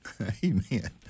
Amen